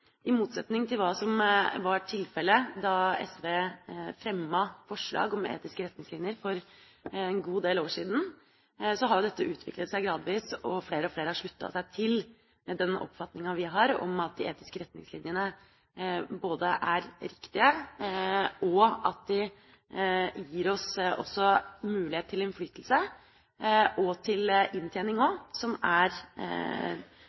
i motsetning til hva som var tilfellet da SV fremmet forslag om etiske retningslinjer for en god del år siden. Dette har utviklet seg gradvis, og flere og flere har sluttet seg til den oppfatninga vi har, om at de etiske retningslinjene er riktige, og at de gir oss mulighet til innflytelse – og til inntjening